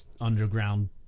underground